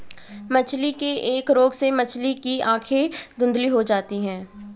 मछली के एक रोग से मछली की आंखें धुंधली हो जाती है